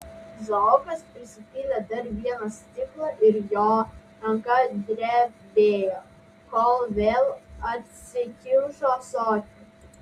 izaokas prisipylė dar vieną stiklą ir jo ranka drebėjo kol vėl atsikimšo ąsotį